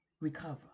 recover